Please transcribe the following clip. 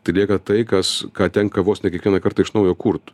tai lieka tai kas ką tenka vos ne kiekvieną kartą iš naujo kurt